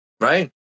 Right